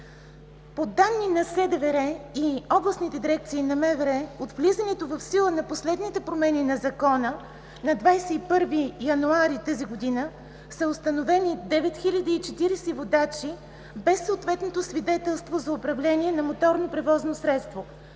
По данни на СДВР и областните дирекции на МВР от влизането в сила на последните промени в закона от 21 януари 2017 г. са установени 9040 водачи без съответно свидетелство за управление на моторно превозно средство,